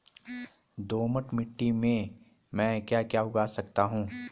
दोमट मिट्टी में म ैं क्या क्या उगा सकता हूँ?